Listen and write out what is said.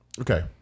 Okay